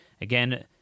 Again